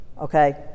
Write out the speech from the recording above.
Okay